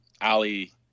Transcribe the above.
Ali